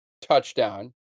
touchdown